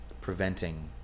preventing